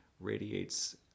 radiates